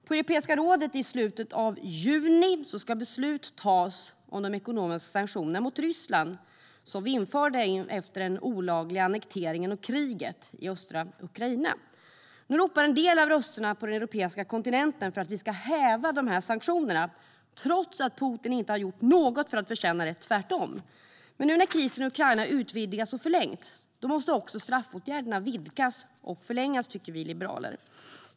På Europeiska rådet i slutet av juni ska beslut fattas om de ekonomiska sanktionerna mot Ryssland, som vi införde efter den olagliga annekteringen och kriget i östra Ukraina. Nu ropar en del av rösterna på den europeiska kontinenten för att vi ska häva sanktionerna, trots att Putin inte har gjort något för att förtjäna det, tvärtom. Men nu när krisen i Ukraina utvidgats och förlängts måste också straffåtgärderna vidgas och förlängas, tycker vi liberaler.